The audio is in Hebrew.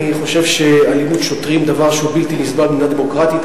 אני חושב שאלימות שוטרים היא דבר בלתי נסבל במדינה דמוקרטית.